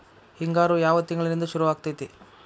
ಹಿಂಗಾರು ಯಾವ ತಿಂಗಳಿನಿಂದ ಶುರುವಾಗತೈತಿ?